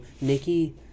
nikki